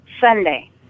Sunday